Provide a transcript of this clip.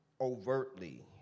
overtly